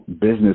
business